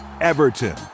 everton